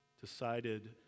decided